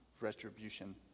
retribution